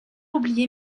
oublié